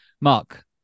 mark